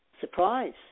Surprise